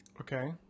Okay